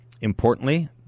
Importantly